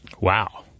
Wow